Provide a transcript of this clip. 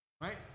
right